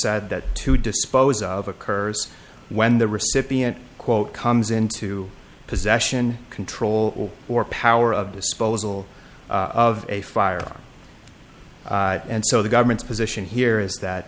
said that to dispose of occurs when the recipient quote comes into possession control or power of disposal of a firearm and so the government's position here is that